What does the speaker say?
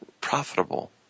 profitable